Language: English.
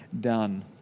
done